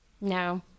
No